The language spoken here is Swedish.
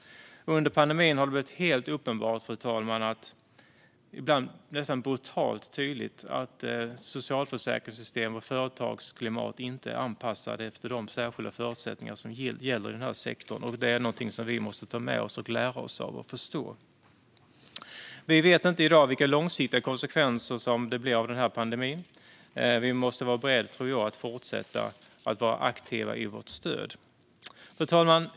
Under pandemin har det blivit helt uppenbart och ibland nästan brutalt tydligt att socialförsäkringssystem och företagsklimat inte är anpassade efter de särskilda förutsättningar som gäller i den här sektorn. Det är något som vi måste ta med oss och lära oss av. Vi vet inte i dag vilka långsiktiga konsekvenser som pandemin får. Vi måste vara beredda att fortsätta att vara aktiva i vårt stöd. Fru talman!